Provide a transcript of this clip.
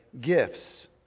gifts